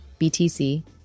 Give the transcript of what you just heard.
BTC